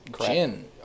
gin